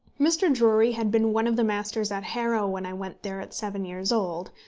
mr. drury had been one of the masters at harrow when i went there at seven years old,